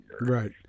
Right